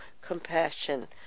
compassion